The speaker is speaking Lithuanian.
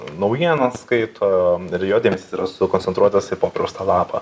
naujienas skaito ir jo dėmesys yra sukoncentruotas į paprastą lapą